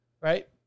right